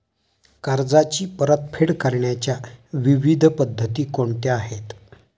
कर्जाची परतफेड करण्याच्या विविध पद्धती कोणत्या आहेत?